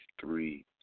three